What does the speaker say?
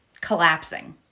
collapsing